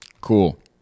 Cool